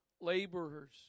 laborers